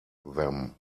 them